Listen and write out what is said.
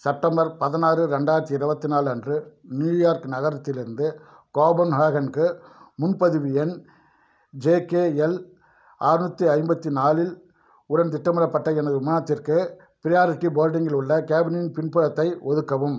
September பதினாறு ரெண்டாயிரத்தி இருபத்தி நாலு அன்று நியூயார்க் நகரத்திலிருந்து கோபன்ஹேகன் க்கு முன்பதிவு எண் ஜே கே எல் ஆறுநூத்தி ஐம்பத்தி நாலு இல் உடன் திட்டமிடப்பட்ட எனது விமானத்திற்கு பிரியாரிட்டி போர்டிங் இல் உள்ள கேபினின் பின்புறத்தை ஒதுக்கவும்